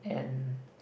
and